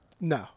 No